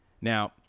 Now